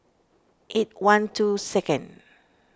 eight one two second